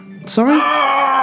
Sorry